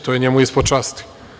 To je njemu ispod časti.